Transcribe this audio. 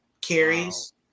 carries